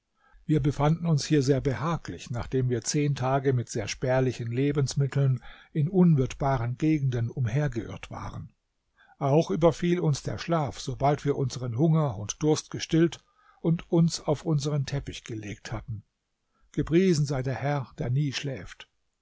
wir befanden uns hier sehr behaglich nachdem wir zehn tage mit sehr spärlichen lebensmitteln in unwirtbaren gegenden umhergeirrt waren auch überfiel uns der schlaf sobald wir unseren hunger und durst gestillt und uns auf unseren teppich gelegt hatten